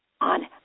on